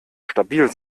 stabil